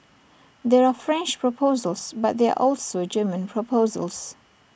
there are French proposals but there also German proposals